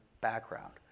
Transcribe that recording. background